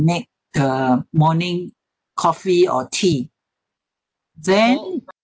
make the morning coffee or tea then